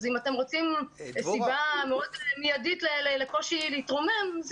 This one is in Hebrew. אז אם אתם רוצים סיבה מאוד מיידית לקושי להתרומם,